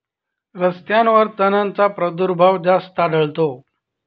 रस्त्यांवर तणांचा प्रादुर्भाव जास्त आढळतो